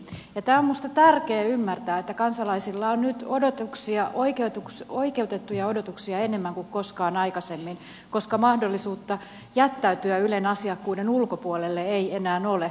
ja tämä on minusta tärkeää ymmärtää että kansalaisilla on nyt oikeutettuja odotuksia enemmän kuin koskaan aikaisemmin koska mahdollisuutta jättäytyä ylen asiakkuuden ulkopuolelle ei enää ole